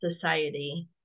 society